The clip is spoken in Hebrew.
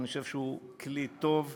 ואני חושב שהוא כלי טוב,